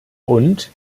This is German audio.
und